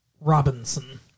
Robinson